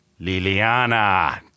Liliana